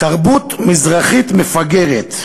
תרבות מזרחית מפגרת.